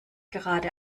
gerade